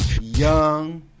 young